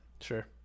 Sure